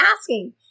asking